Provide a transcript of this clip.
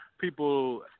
people